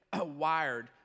wired